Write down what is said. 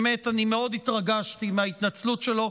באמת מאוד התרגשתי מההתנצלות שלו.